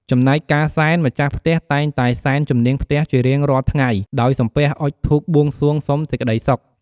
ចំណែកការសែន ម្ចាស់ផ្ទះតែងតែសែនជំនាងផ្ទះជារៀងរាល់ថ្ងៃដោយសំពះអុជធូបបួងសួងសុំសេចក្ដីសុខ។